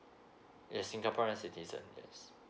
yes singaporean citizen yes